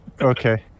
Okay